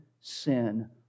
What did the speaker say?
sin